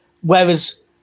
Whereas